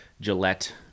Gillette